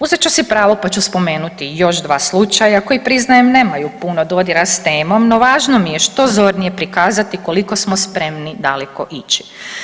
Uzet ću si pravo pa ću spomenuti još dva slučaja koja priznajem nemaju puno dodira s temom, no važno mi je što zornije prikazati koliko smo spremni daleko ići.